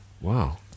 Wow